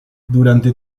durante